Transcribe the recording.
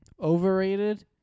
overrated